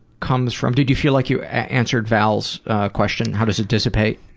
comes from, did you feel like you answered val's question how does it dissipate?